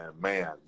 man